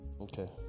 Okay